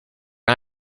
are